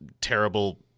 terrible